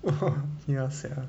ya sia